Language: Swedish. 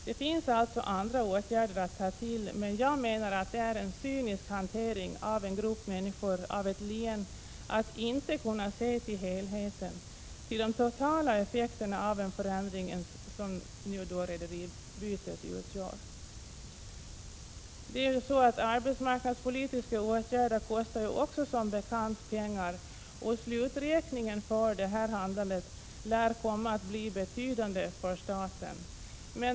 Det finns alltså andra åtgärder att ta till, men jag menar att det är en cynisk hantering av en grupp människor i ett län att inte kunna se till helheten och till de totala effekterna av den förändring som rederibytet utgör. Som bekant kostar också arbetsmarknadspolitiska åtgärder pengar, och sluträkningen för detta handlande lär bli betydande för staten.